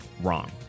wrong